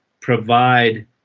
provide